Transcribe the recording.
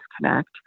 disconnect